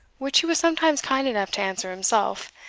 which he was sometimes kind enough to answer himself.